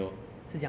没有